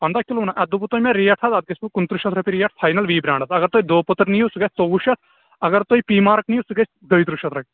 پنٛداہ کِلوٗن نا اَتھ دوٚپوٕ تۅہہِ مےٚ ریٹ حظ اَتھ گژھِوٕ کُنترٕٛہ شیٚتھ رۅپیہِ ریٹ فاینل وی برٛانٛڈس اگر تۅہہِ دو پٔتر نِیِو سُہ گژھِ ژوٚوُہ شیٚتھ اگر تُہۍ پی مارک نِیِو سُہ گژھِ دۅیہِ ترٕٛہ شیٚتھ رۅپیہِ